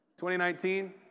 2019